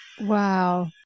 Wow